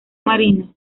marina